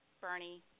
Bernie